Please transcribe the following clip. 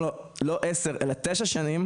לו שזה לא יהיה עשר שנים אלא תשע שנים